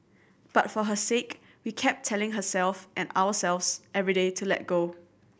but for her sake we kept telling her and ourselves every day to let go